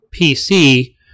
PC